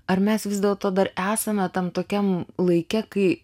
ar mes vis dėlto dar esame tam tokiam laike kai